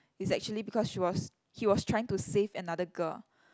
is actually because she was he was trying to save another girl